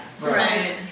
Right